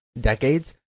decades